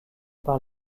par